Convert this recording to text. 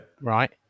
right